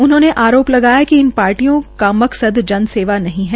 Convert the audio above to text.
उन्होंने आरोप लगाया कि इन पार्टियों का मकसद जन सेवा है